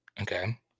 Okay